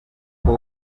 kuko